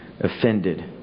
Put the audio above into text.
offended